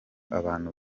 abantu